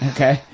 Okay